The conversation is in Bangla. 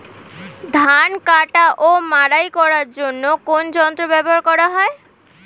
ধান কাটা ও মাড়াই করার জন্য কোন যন্ত্র ব্যবহার করা হয়?